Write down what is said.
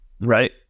right